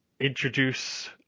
introduce